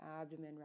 abdomen